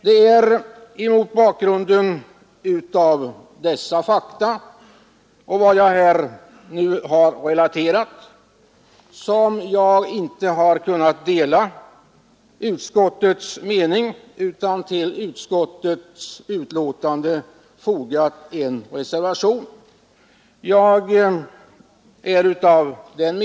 Det är mot bakgrund av vad jag här anfört som jag inte har kunnat dela utskottets mening utan har fogat en reservation till utskottets betänkande.